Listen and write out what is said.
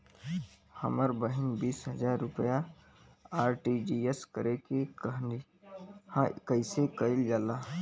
हमर बहिन बीस हजार रुपया आर.टी.जी.एस करे के कहली ह कईसे कईल जाला?